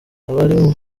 abari